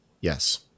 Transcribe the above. Yes